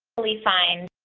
we find